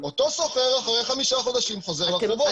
אותו סוחר אחרי חמישה חודשים חוזר לרחוב.